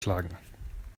klagen